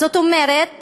זאת אומרת,